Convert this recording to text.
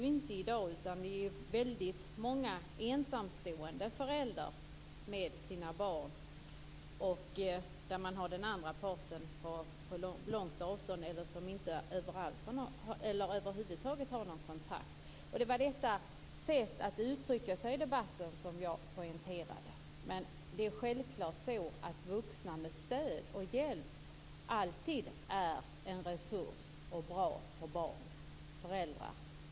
Det finns väldigt många ensamstående föräldrar med barn. Den andra parten finns på långt avstånd eller har över huvud taget inte någon kontakt med barnen. Det var detta sätt att uttrycka sig i debatten som jag poängterade. Det är självklart så att vuxna och föräldrar med stöd och hjälp alltid är en resurs och bra för barn.